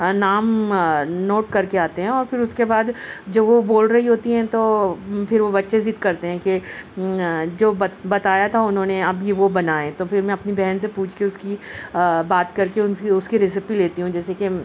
نام نوٹ کر کے آتے ہیں اور پھر اس کے بعد جو وہ بول رہی ہوتی ہیں تو پھر وہ بچے ضد کرتے ہیں کہ جو بت بتایا تھا انہوں نے ابھی وہ بنائیں تو پھر میں اپنی بہن سے پوچھ کے اس کی بات کر کے ان سے اس کی ریسپی لیتی ہوں جیسے کہ